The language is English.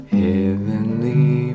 heavenly